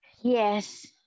yes